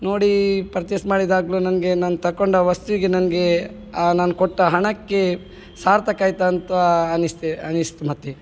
ನೋಡಿ ಪರ್ಚೇಸ್ ಮಾಡಿದಾಗಲು ನನಗೆ ನಾನು ತಕೊಂಡ ವಸ್ತುವಿಗೆ ನನಗೆ ನಾನು ಕೊಟ್ಟ ಹಣಕ್ಕೆ ಸಾರ್ಥಕಾಯ್ತಂತ ಅನಿಸ್ತು ಅನಿಸ್ತು ಮತ್ತೆ